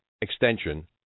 extension